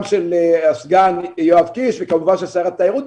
גם של סגנו יואב קיש וכמובן גם הסכמת שרת התיירות.